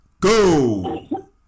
Go